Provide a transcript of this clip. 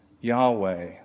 Yahweh